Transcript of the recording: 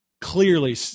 clearly